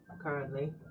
currently